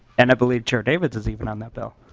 and believe chair davids is even on that bill.